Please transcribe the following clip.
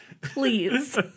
please